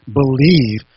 believe